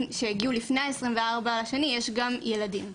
לפני ה-24 לפברואר ובתוכם יש גם ילדים.